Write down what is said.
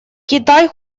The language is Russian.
китай